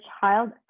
child